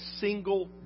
single